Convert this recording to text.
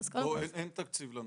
לנושא הזה אין תקציב.